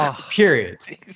period